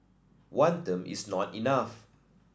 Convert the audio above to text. one term is not enough